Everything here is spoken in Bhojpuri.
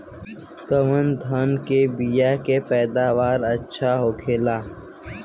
कवन धान के बीया के पैदावार अच्छा होखेला?